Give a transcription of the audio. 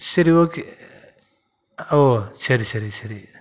சரி ஓகே ஓ சரி சரி சரி